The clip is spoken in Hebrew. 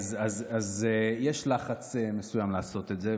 יש לחץ מסוים לעשות את זה,